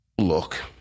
Look